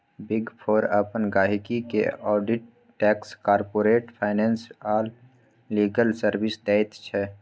big four अपन गहिंकी केँ आडिट टैक्स, कारपोरेट फाइनेंस आ लीगल सर्विस दैत छै